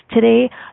today